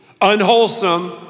unwholesome